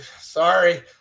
sorry